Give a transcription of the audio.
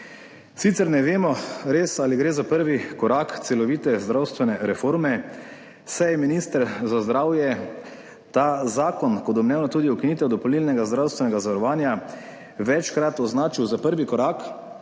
Sicer ne vemo res, ali gre za prvi korak celovite zdravstvene reforme, saj je minister za zdravje ta zakon kot domnevno tudi ukinitev dopolnilnega zdravstvenega zavarovanja večkrat označil za prvi korak,